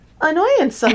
annoyance